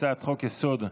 הצעת חוק-יסוד: